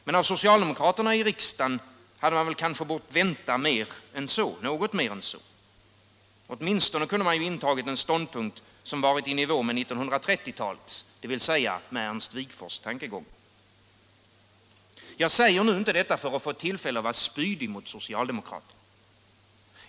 Men av socialdemokraterna i riksdagen hade man kanske kunnat vänta något mer än så. Åtminstone kunde de intagit en ståndpunkt som varit i nivå med 1930-talets, dvs. med Ernst Wigforss tankegångar. Jag säger inte detta för att få tillfälle att vara spydig mot socialdemokraterna.